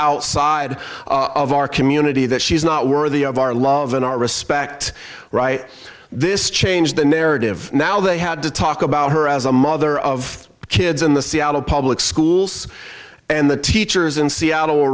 outside of our community that she's not worthy of our love and our respect this change the narrative now they had to talk about her as a mother of kids in the seattle public schools and the teachers in seattle